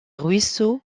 ruisseaux